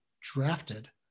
drafted